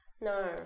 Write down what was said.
No